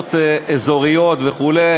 שבמועצות אזוריות וכו',